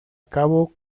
cabo